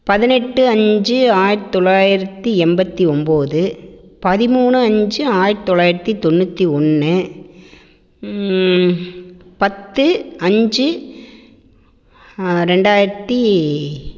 பதினெட்டு அஞ்சு ஆயிரத்தி தொள்ளாயிரத்தி எண்பத்தி ஒம்பது பதிமூணு அஞ்சு ஆயிரத்தி தொள்ளாயிரத்தி தொண்ணூற்றி ஒன்று பத்து அஞ்சு ரெண்டாயிரத்தி